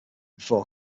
before